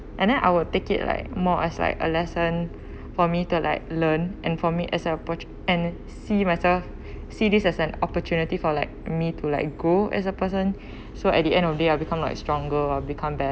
and then I will take it like more as like a lesson for me to like learn and for me as an opportu~ and see myself see this as an opportunity for like me to like go as a person so at the end of day I become like stronger I'll become